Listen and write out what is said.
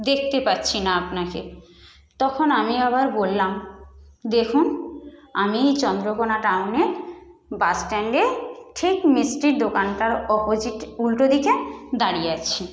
দেখতে পাচ্ছি না আপনাকে তখন আমি আবার বললাম দেখুন আমি এই চন্দ্রকোণা টাউনে বাস স্ট্যাণ্ডে ঠিক মিষ্টির দোকানটার অপোজিট উল্টোদিকে দাঁড়িয়ে আছি